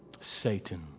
Satan